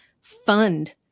fund